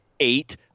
eight